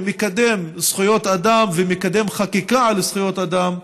שמקדם זכויות אדם ומקדם חקיקה של זכויות אדם,